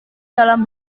dalam